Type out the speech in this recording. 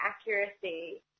accuracy